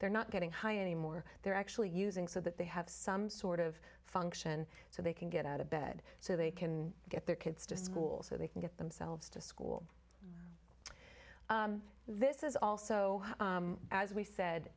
they're not getting high anymore they're actually using so that they have some sort of function so they can get out of bed so they can get their kids to school so they can get themselves to school this is also as we said